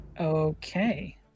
Okay